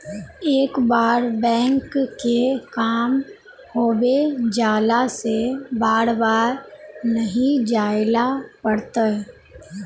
एक बार बैंक के काम होबे जाला से बार बार नहीं जाइले पड़ता?